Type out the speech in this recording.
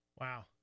Wow